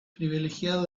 privilegiado